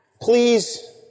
Please